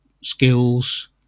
skills